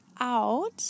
out